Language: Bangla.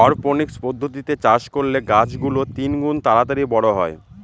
অরপনিক্স পদ্ধতিতে চাষ করলে গাছ গুলো তিনগুন তাড়াতাড়ি বড়ো হয়